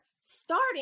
starting